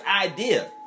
idea